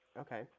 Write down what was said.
Okay